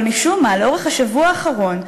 אבל משום מה, לאורך השבוע האחרון,